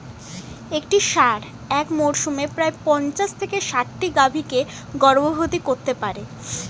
একটি ষাঁড় এক মরসুমে প্রায় পঞ্চাশ থেকে ষাটটি গাভী কে গর্ভবতী করতে পারে